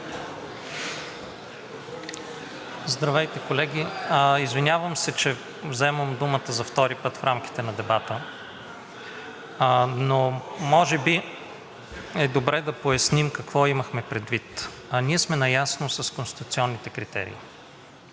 Здравейте, колеги! Извинявам се, че вземам думата за втори път в рамките на дебата, но може би е добре да поясним какво имахме предвид. Ние сме наясно с конституционните критерии